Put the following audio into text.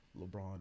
LeBron